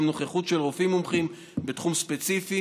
גם נוכחות של רופאים מומחים בתחום ספציפי,